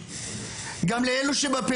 גם לאלה שבכפר הבדואי,